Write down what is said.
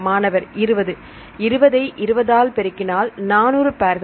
மாணவர்20 20 ஐ 20 ஆல் பெருக்கினாள் 400 பேர்கள்